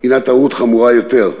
היא טעות חמורה יותר.